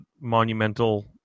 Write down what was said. monumental